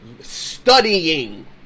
studying